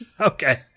Okay